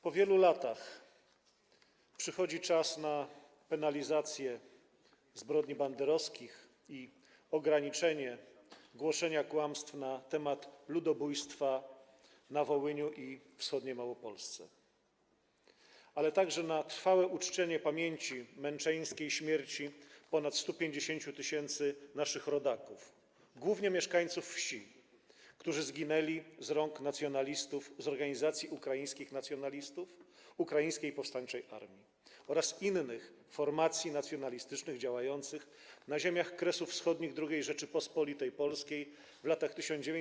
Po wielu latach przychodzi czas na penalizację zbrodni banderowskich i ograniczenie głoszenia kłamstw na temat ludobójstwa na Wołyniu i we wschodniej Małopolsce, ale także na trwałe uczczenie pamięci męczeńskiej śmierci ponad 150 tys. naszych rodaków, głównie mieszkańców wsi, którzy zginęli z rąk nacjonalistów z Organizacji Ukraińskich Nacjonalistów, Ukraińskiej Powstańczej Armii oraz innych formacji nacjonalistycznych działających na ziemiach Kresów Wschodnich II Rzeczypospolitej Polskiej w latach 1939–1946.